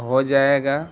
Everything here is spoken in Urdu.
ہو جائے گا